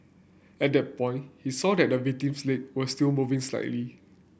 at that point he saw that the victim's leg were still moving slightly